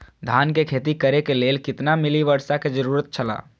धान के खेती करे के लेल कितना मिली वर्षा के जरूरत छला?